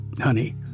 honey